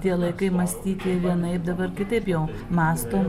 tie laikai mąstyti vienaip dabar kitaip jau mąstom